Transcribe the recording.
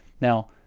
now